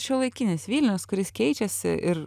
šiuolaikinis vilnius kuris keičiasi ir